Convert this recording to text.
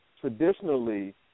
traditionally